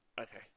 Okay